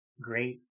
great